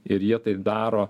ir jie tai daro